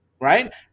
Right